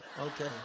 Okay